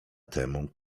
temu